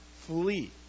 flee